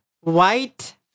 white